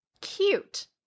cute